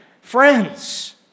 friends